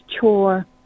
chore